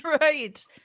right